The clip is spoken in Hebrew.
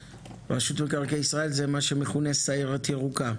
מקרקעי ישראל זה מה שמכונה סיירת ירוקה?